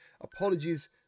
Apologies